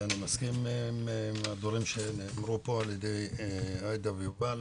אני מסכים עם הדברים שנאמרו פה על ידי עאידה וענבר.